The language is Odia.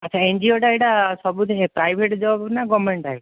ଆଚ୍ଛା ଏନ୍ଜିଓଟା ଏଇଟା ପ୍ରାଇଭେଟ୍ ଜବ୍ ନା ଗମେଣ୍ଟଟା